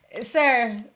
sir